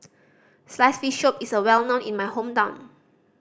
sliced fish soup is well known in my hometown